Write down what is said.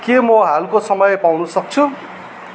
के म हालको समय पाउनु सक्छु